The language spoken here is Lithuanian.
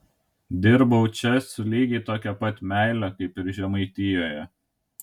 dirbau čia su lygiai tokia pat meile kaip ir žemaitijoje